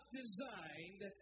designed